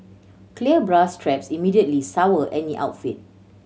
clear bra straps immediately sour any outfit